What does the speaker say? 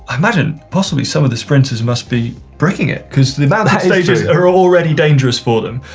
imagine, possibly some of the sprinters must be breaking it, because the mountain stages are already dangerous for them,